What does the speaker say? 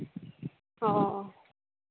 ᱚ